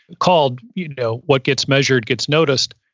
called, you know what gets measured gets noticed,